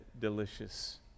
delicious